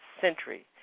century